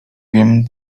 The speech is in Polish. wiem